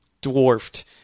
dwarfed